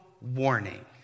warning